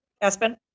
Aspen